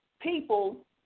people